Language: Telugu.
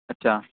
అచ్ఛా